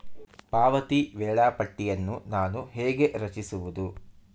ಪಾವತಿ ವೇಳಾಪಟ್ಟಿಯನ್ನು ನಾನು ಹೇಗೆ ರಚಿಸುವುದು?